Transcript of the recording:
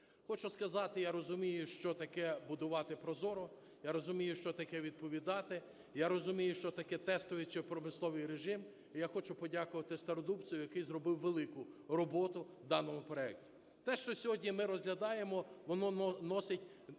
Хочу сказати, я розумію, що таке будувати прозоро, я розумію, що таке відповідати, я розумію, що таке тестовий чи промисловий режим. І я хочу подякувати Стародубцеву, який зробив велику роботу в даному проекті. Те, що сьогодні ми розглядаємо, воно носить